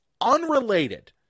unrelated